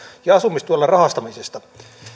ja asumistuella rahastamisesta